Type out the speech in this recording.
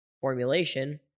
formulation